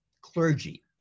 clergy